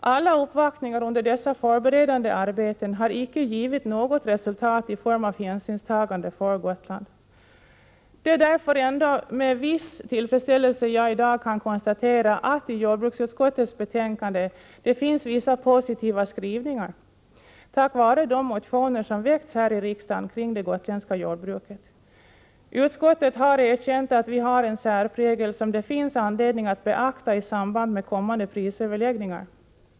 Trots alla uppvaktningar under de förberedande arbetena har något resultat i form av hänsynstagande till Gotland icke kunnat skönjas. Det är därför med en viss tillfredsställelse jag i dag kan konstatera att det i jordbruksutskottets betänkande finns vissa positiva skrivningar, tack vare de motioner som väckts här i riksdagen om det gotländska jordbruket. Utskottet har erkänt att det har en särprägel som det finns anledning att beakta i samband med kommande prisöverläggningar.